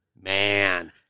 man